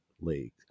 League